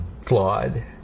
flawed